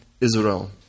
Israel